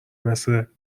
مثل